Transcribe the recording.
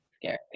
scary